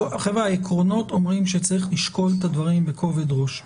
העקרונות אומרים שצריך לשקול את הדברים בכובד ראש.